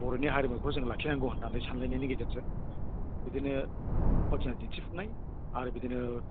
बर'नि हारिमुखौ जों लाखिनांगौ होननानै सानलायनायनि गेजेरजों बिदिनो फावथिना दिन्थिफुंनाय आरो बिदिनो